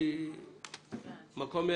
משהו חשוב.